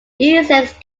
essex